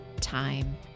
time